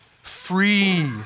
free